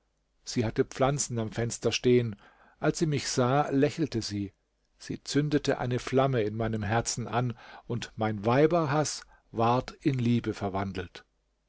sie hatte pflanzen am fenster stehen als sie mich sah lächelte sie sie zündete eine flamme in meinem herzen an und mein weiberhaß ward in liebe verwandelt